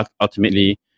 ultimately